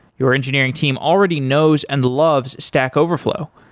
your engineering team already knows and loves stack overflow.